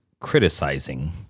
criticizing